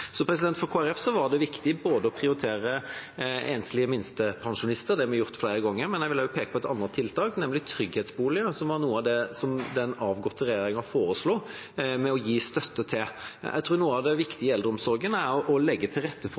For Kristelig Folkeparti var det viktig å prioritere enslige minstepensjonister, det har vi gjort flere ganger, men jeg vil også peke på et annet tiltak, nemlig trygghetsboliger, som var noe av det som den avgåtte regjeringa foreslo å gi støtte til. Jeg tror noe av det viktige i eldreomsorgen er å legge til rette for